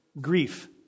grief